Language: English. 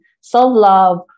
self-love